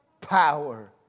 power